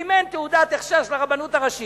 אם אין תעודת הכשר של הרבנות הראשית,